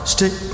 Stick